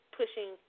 pushing